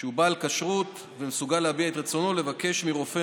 שהוא בעל כשרות ומסוגל להביע את רצונו לבקש מרופא